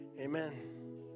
Amen